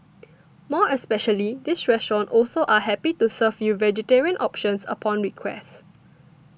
more especially this restaurant also are happy to serve you vegetarian options upon request